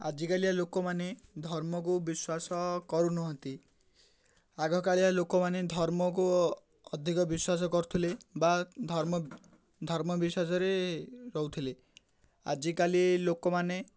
ଆଜିକାଲିଆ ଲୋକମାନେ ଧର୍ମକୁ ବିଶ୍ୱାସ କରୁନାହାନ୍ତି ଆଗକାଳିଆ ଲୋକମାନେ ଧର୍ମକୁ ଅଧିକ ବିଶ୍ୱାସ କରୁଥିଲେ ବା ଧର୍ମ ଧର୍ମ ବିଶ୍ୱାସରେ ରହୁଥିଲେ ଆଜିକାଲି ଲୋକମାନେ